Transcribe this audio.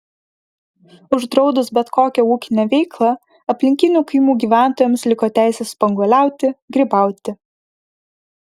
uždraudus bet kokią ūkinę veiklą aplinkinių kaimų gyventojams liko teisė spanguoliauti grybauti